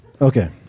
Okay